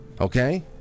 Okay